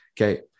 Okay